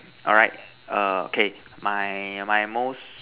alright err okay my my most